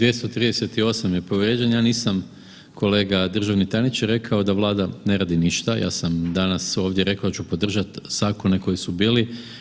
238. je povrijeđen, ja nisam kolega državni tajniče rekao da Vlada ne radi ništa, ja sam danas ovdje rekao da ću podržati zakone koji su bili.